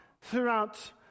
throughout